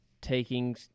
taking